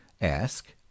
ask